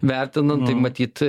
vertinant tai matyt